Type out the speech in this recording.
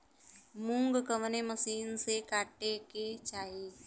मूंग कवने मसीन से कांटेके चाही?